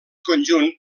conjunt